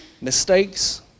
Mistakes